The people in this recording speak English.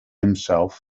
himself